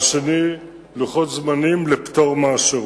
והשני, לוחות זמנים לפטור מהשירות.